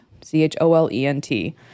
C-H-O-L-E-N-T